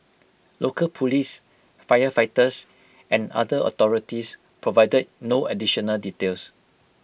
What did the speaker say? local Police firefighters and other authorities provided no additional details